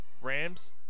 Rams